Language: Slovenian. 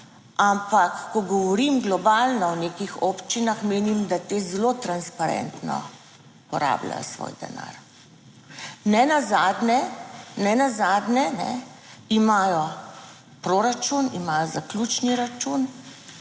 ampak ko govorim globalno o nekih občinah, menim, da te zelo transparentno porabljajo svoj denar. Nenazadnje, imajo proračun, imajo zaključni račun,